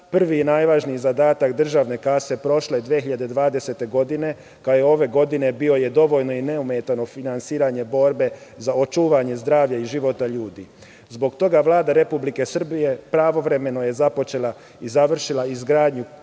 Prvi i najvažniji zadatak državne kase prošle 2020. godine, kao i ove godine, bio je dovoljno i neometano finansiranje borbe za očuvanje zdravlja i života ljudi. Zbog toga je Vlada Republike Srbije pravovremeno započela i završila izgradnju